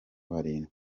barindwi